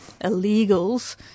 illegals